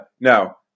No